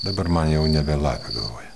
dabar man jau nebe lapė galvoje